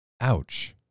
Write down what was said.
Ouch